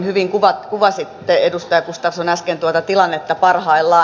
hyvin kuvasitte edustaja gustafsson äsken tuota tilannetta parhaillaan